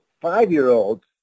five-year-olds